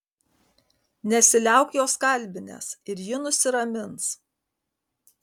nesiliauk jos kalbinęs ir ji nusiramins